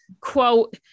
Quote